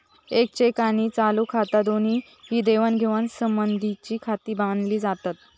येक चेक आणि चालू खाता दोन्ही ही देवाणघेवाण संबंधीचीखाती मानली जातत